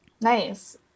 nice